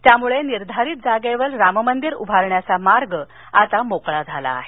त्यामुळे निर्धारित जागेवर राममंदिर उभारण्याचा मार्ग मोकळा झाला आहे